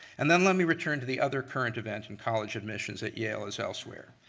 and then let me return to the other current event in college admissions at yale as elsewhere.